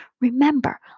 Remember